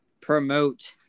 promote